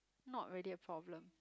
not really a problem